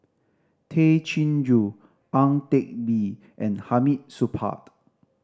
Tay Chin Joo Ang Teck Bee and Hamid Supaat